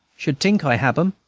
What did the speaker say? should tink i hab em,